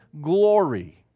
glory